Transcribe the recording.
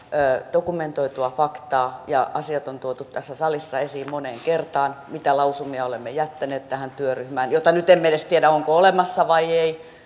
dokumentoitua faktaa ja asiat on tuotu tässä salissa esiin moneen kertaan mitä lausumia olemme jättäneet tähän työryhmään jota nyt emme edes tiedä onko olemassa vai ei